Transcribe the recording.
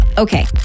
Okay